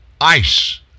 ICE